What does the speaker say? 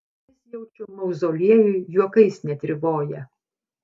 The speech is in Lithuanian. jis jaučiu mauzoliejuj juokais netrivoja